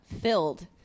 filled